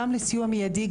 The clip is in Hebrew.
גם לסיוע מיידי,